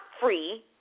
free